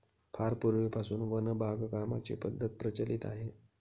फार पूर्वीपासून वन बागकामाची पद्धत प्रचलित आहे